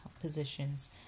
positions